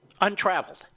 untraveled